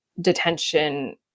detention